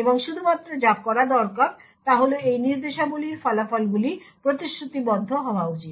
এবং শুধুমাত্র যা করা দরকার তা হল এই নির্দেশাবলীর ফলাফলগুলি প্রতিশ্রুতিবদ্ধ হওয়া উচিত